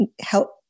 help